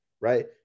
Right